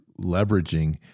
leveraging